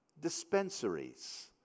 dispensaries